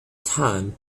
time